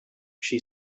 she